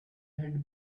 had